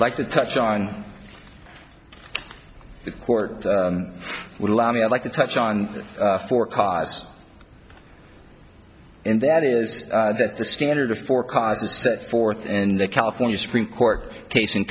like to touch on the court would allow me i'd like to touch on four cars and that is that the standard of four cars a set forth in the california supreme court case in